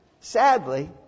Sadly